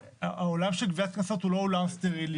העולם של גביית קנסות הוא לא עולם סטרילי